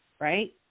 right